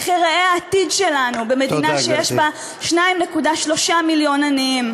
איך ייראה העתיד שלנו במדינה שיש בה 2.3 מיליון עניים,